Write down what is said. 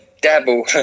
dabble